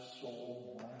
soul